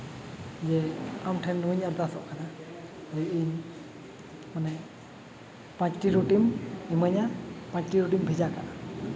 ᱡᱮ ᱟᱢ ᱴᱷᱮᱱ ᱱᱚᱣᱟᱧ ᱟᱨᱫᱟᱥᱚᱜ ᱠᱟᱱᱟ ᱡᱮ ᱤᱧ ᱢᱟᱱᱮ ᱯᱟᱸᱪᱴᱤ ᱨᱩᱴᱤᱢ ᱮᱢᱟᱹᱧᱟ ᱯᱟᱸᱪᱴᱤ ᱨᱩᱴᱤᱢ ᱵᱷᱮᱡᱟ ᱠᱟᱜᱼᱟ